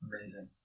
Amazing